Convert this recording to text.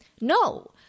No